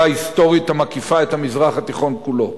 היסטורית המקיפה את המזרח התיכון כולו.